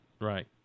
right